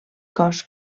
cos